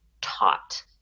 taught